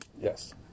Yes